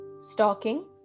stalking